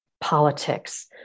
politics